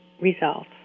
results